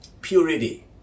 Purity